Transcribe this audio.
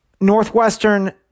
Northwestern